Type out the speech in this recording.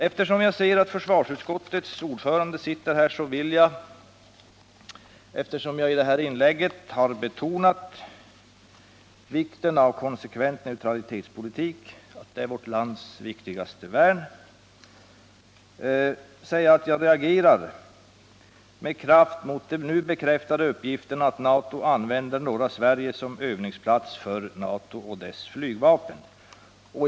Eftersom jag ser att försvarsutskottets ordförande sitter här och i anslutning till att jag i det här inlägget har betonat att en konsekvent neutralitetspolitik är vårt lands viktigaste värn vill jag säga att jag reagerar med kraft mot de nu bekräftade uppgifterna att NATO använder norra Sverige som övningsplats för sitt flygvapen.